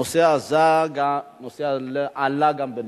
הנושא עלה גם בנשיאות,